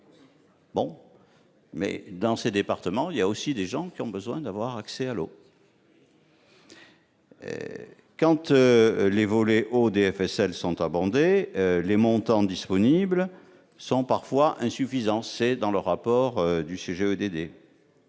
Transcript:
Pourtant, dans ces départements, il y a aussi des gens qui ont besoin d'avoir accès à l'eau. Lorsque le volet « eau » des FSL est abondé, les montants disponibles sont parfois insuffisants. Cela figure dans le rapport du Conseil